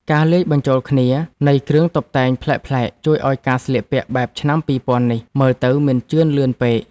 ការលាយបញ្ជូលគ្នានៃគ្រឿងតុបតែងប្លែកៗ ជួយឱ្យការស្លៀកពាក់បែបឆ្នាំពីរពាន់នេះមើលទៅមិនជឿនលឿនពេក។